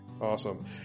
awesome